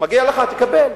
מגיע לך, תקבל.